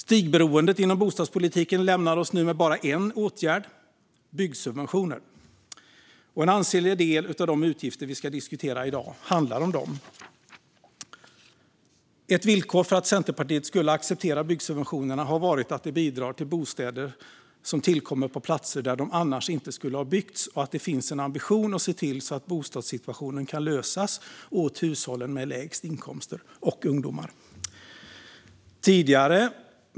Stigberoendet inom bostadspolitiken lämnar oss med bara en åtgärd: byggsubventioner. En ansenlig del av de utgifter vi ska diskutera i dag handlar om dem. Ett villkor för Centerpartiet att acceptera byggsubventionerna har varit att de bidrar till att bostäder tillkommer på platser där de annars inte skulle ha byggts och att det finns en ambition att se till så bostadssituationen kan lösas för hushållen med lägst inkomster och för ungdomar.